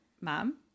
mom